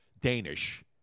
Danish